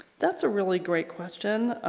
that's a really great question.